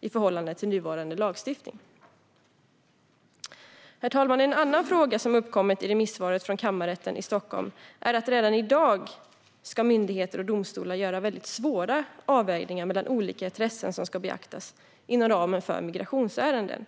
i förhållande till nuvarande lagstiftning. Herr talman! En annan fråga som har uppkommit i remissvaret från kammarrätten i Stockholm är att myndigheter och domstolar redan i dag ska göra svåra avvägningar mellan olika intressen som ska beaktas inom ramen för migrationsärenden.